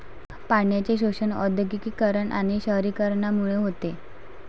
पाण्याचे शोषण औद्योगिकीकरण आणि शहरीकरणामुळे होते